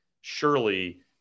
Surely